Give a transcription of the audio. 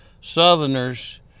southerners